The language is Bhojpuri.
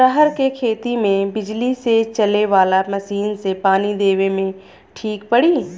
रहर के खेती मे बिजली से चले वाला मसीन से पानी देवे मे ठीक पड़ी?